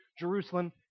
Jerusalem